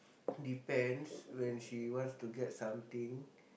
depends when she wants to get something